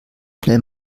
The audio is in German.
schnell